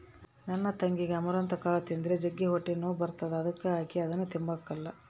ನನ್ ತಂಗಿಗೆ ಅಮರಂತ್ ಕಾಳು ತಿಂದ್ರ ಜಗ್ಗಿ ಹೊಟ್ಟೆನೋವು ಬರ್ತತೆ ಅದುಕ ಆಕಿ ಅದುನ್ನ ತಿಂಬಕಲ್ಲ